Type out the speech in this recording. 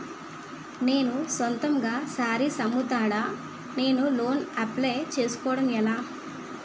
నేను సొంతంగా శారీస్ అమ్ముతాడ, నేను లోన్ అప్లయ్ చేసుకోవడం ఎలా?